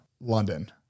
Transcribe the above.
London